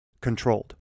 controlled